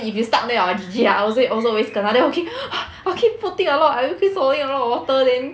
ah then if you stuck there ah G_G liao I also also always kena then okay I'll keep putting a lot I keep swallowing a lot of water then